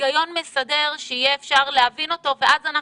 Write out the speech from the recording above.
היגיון מסדר שיהיה אפשר להבין אותו וכך אנחנו